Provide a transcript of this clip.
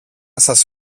σας